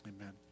amen